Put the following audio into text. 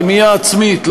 רמייה עצמית,